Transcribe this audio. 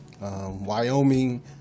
Wyoming